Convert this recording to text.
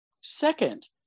second